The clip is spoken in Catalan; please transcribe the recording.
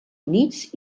units